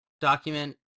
document